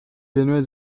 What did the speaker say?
věnuje